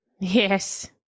Yes